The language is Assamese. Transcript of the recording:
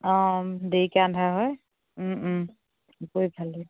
অঁ দেৰিকৈ আন্ধাৰ হয় গৈ ভাল লাগিব